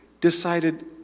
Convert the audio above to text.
decided